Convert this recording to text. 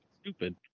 stupid